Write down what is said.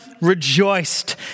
rejoiced